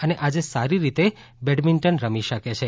અને આજે સારી રીતે બેડમિન્ટન રમી શકે છે